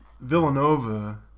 Villanova